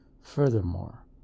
Furthermore